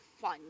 fun